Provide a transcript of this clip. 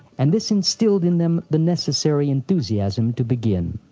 and this instilled in them the necessary enthusiasm to begin.